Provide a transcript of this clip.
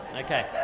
Okay